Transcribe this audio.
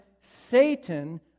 Satan